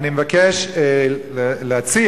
אני מבקש להציע,